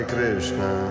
Krishna